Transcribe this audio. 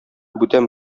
бүтән